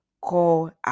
Call